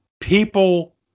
people